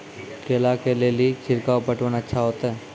केला के ले ली छिड़काव पटवन अच्छा होते?